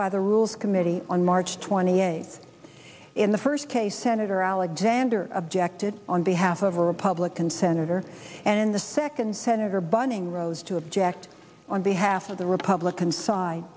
by the rules committee on march twenty eighth in the first case senator alexander objected on behalf of a republican senator and in the second senator bunning rose to object on behalf of the republican side